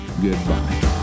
Goodbye